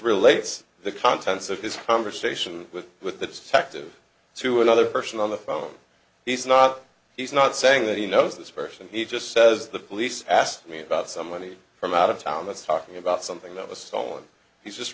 relates the contents of his conversation with with the detective to another person on the phone he's not he's not saying that he knows this person he just says the police asked me about some money from out of town that's talking about something that was stolen he's just